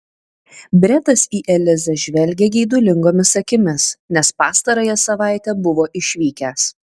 bretas į elizą žvelgė geidulingomis akimis nes pastarąją savaitę buvo išvykęs